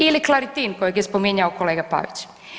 Ili Claritin kojeg je spominjao kolega Pavić.